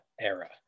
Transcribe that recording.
era